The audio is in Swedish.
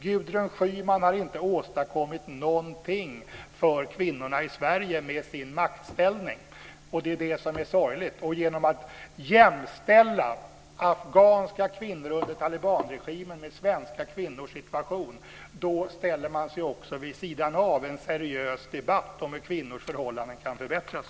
Gudrun Schyman har inte åstadkommit någonting för kvinnorna i Sverige med sin maktställning. Det är detta som är sorgligt. Genom att jämställa afghanska kvinnors situation under talibanregimen med svenska kvinnors situation ställer man sig vid sidan en seriös debatt om hur kvinnors förhållanden kan förbättras.